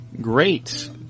great